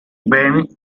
beni